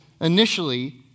initially